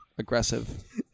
Aggressive